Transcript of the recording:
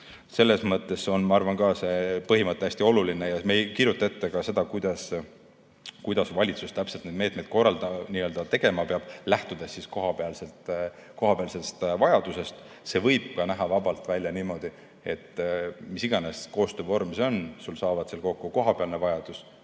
Selles mõttes on, ma arvan, ka see põhimõte hästi oluline. Me ei kirjuta ette ka seda, kuidas valitsus täpselt need meetmed tegema peab, lähtudes kohapealsest vajadusest. See võib vabalt välja näha niimoodi, et mis iganes koostöövorm see on, sul saavad seal kokku kohapealne vajadus